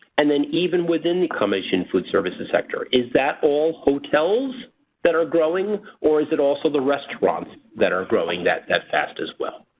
and then even within the commission food services sector is that all hotels that are growing or is it also the restaurants that are growing that that fast as well?